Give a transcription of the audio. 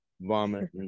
vomit